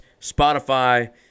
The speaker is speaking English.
Spotify